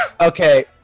okay